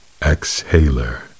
exhaler